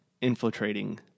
infiltrating